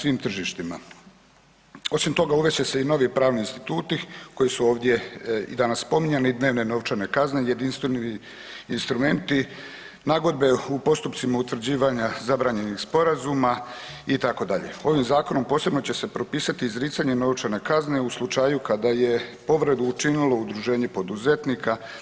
Osim toga uvest će se i novi pravni instituti koji su ovdje i danas spominjani, dnevne novčane kazne, jedinstveni instrumenti nagodbe u postupcima utvrđivanja zabranjenih sporazuma itd., ovim zakonom posebno će se propisati izricanje novčane kazne u slučaju kada je povredu učinilo udruženje poduzetnika.